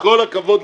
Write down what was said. קודם כל,